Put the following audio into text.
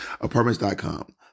Apartments.com